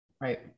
right